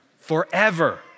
Forever